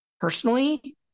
Personally